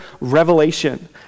revelation